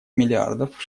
миллиардов